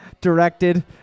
Directed